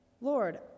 Lord